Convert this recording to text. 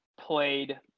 played